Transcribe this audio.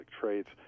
traits